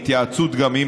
בהתייעצות גם עם